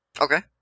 Okay